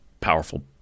powerful